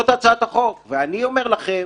זאת הצעת החוק, ואני אומר לכם